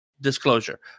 disclosure